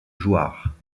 jouarre